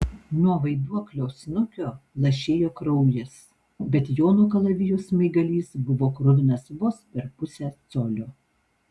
nuo vaiduoklio snukio lašėjo kraujas bet jono kalavijo smaigalys buvo kruvinas vos per pusę colio